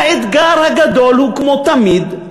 והאתגר הגדול הוא, כמו תמיד,